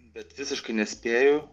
bet visiškai nespėju